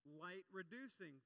light-reducing